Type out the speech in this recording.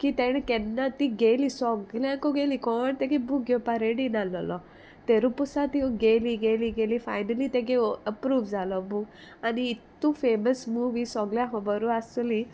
की तेणें केन्ना ती गेली सोगल्यांकूय गेली कोण तेगे बूक घेवपा रेडी नाहलोलो तेरुपोसा ती गेली गेली गेली फायनली तेगे अप्रूव जालो बूक आनी इतकू फेमस मुवी सोगल्यांक खोबरू आसतोली